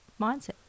mindset